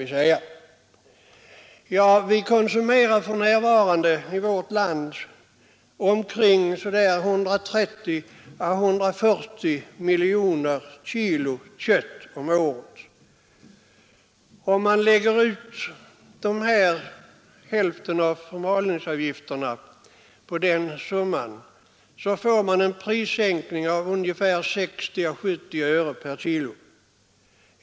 Vi konsumerar för närvarande i vårt land 130 å 140 miljoner kilo kött om året. Om man använder hälften av förmalningsavgifterna för att subventionera köttet får man en prissänkning med 60—70 öre per kilo.